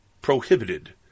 prohibited